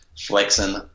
flexing